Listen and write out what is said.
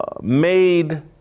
made